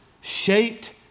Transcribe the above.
shaped